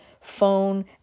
phone